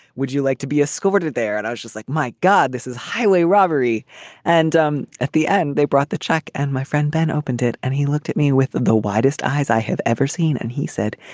would you like to be escorted there? and i was just like, my god, this is highway robbery and um at the end, they brought the check and my friend ben opened it and he looked at me with the widest eyes i have ever seen. and he said,